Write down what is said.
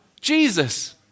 Jesus